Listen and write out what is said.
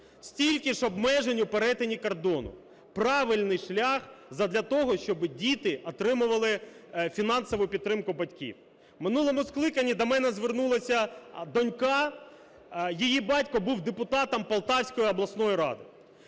стільки ж обмежень у перетині кордону. Правильний шлях задля того, щоби діти отримували фінансову підтримку батьків. В минулому скликанні до мене звернулася донька, її батько був депутатом Полтавської обласної ради.